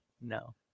No